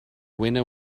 winner